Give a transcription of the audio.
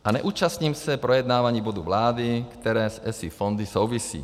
A neúčastním se projednávání bodu vlády, které s ESI fondy souvisí.